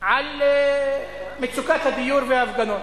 על מצוקת הדיור וההפגנות,